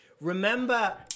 Remember